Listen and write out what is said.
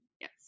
Yes